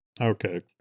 Okay